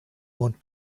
want